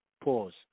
Pause